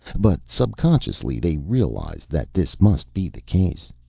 but subconsciously they realized that this must be the case.